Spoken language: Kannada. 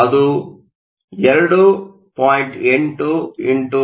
ಅದು 2